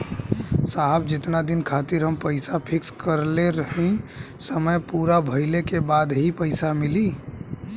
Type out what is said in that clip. साहब जेतना दिन खातिर हम पैसा फिक्स करले हई समय पूरा भइले के बाद ही मिली पैसा?